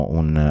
un